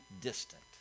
distant